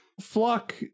Flock